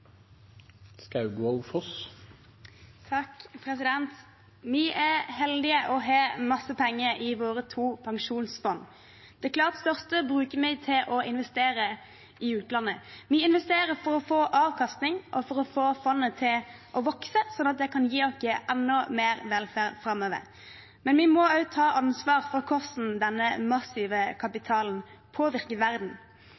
heldige og har masse penger i våre to pensjonsfond. Det klart største bruker vi til å investere i utlandet. Vi investerer for å få avkastning og for å få fondet til å vokse, slik at det kan gi oss enda mer velferd framover. Men vi må også ta ansvar for hvordan denne massive